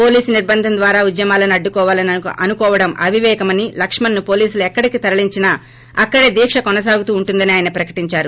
police నిర్భంధం ద్వారా ఉద్యమాలను అడ్డుకోవాలని అనుకోవడం అవిపేకమని లక్కుణ్ను పోలీసులు ఎక్కడికి తరలించినా అక్కడే దీక్ష కొనసాగుతూనే ఉంటుందని ఆయన ప్రకటించారు